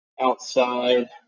outside